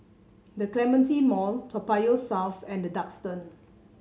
The Clementi Mall Toa Payoh South and The Duxton